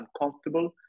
uncomfortable